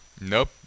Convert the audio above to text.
Nope